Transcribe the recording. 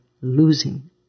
losing